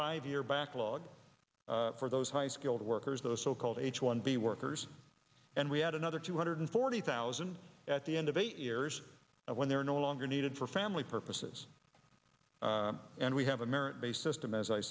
five year backlog for those high skilled workers those so called h one b workers and we had another two hundred forty thousand at the end of eight years when they're no longer needed for family purposes and we have a merit based system as i